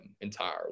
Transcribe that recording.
entirely